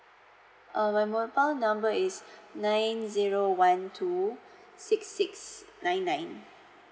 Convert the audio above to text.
uh my mobile number is nine zero one two six six nine nine